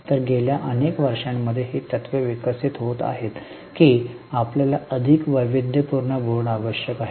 तर गेल्या अनेक वर्षांमध्ये ही तत्त्वे विकसित होत आहेत की आपल्याला अधिक वैविध्यपूर्ण बोर्ड आवश्यक आहे